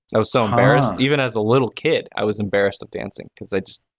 i was so embarrassed. even as a little kid, i was embarrassed of dancing because i just